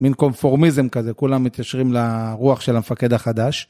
מין קונפורמיזם כזה, כולם מתיישרים לרוח של המפקד החדש.